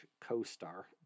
co-star